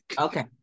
Okay